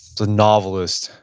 it's a novelist.